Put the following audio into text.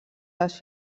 les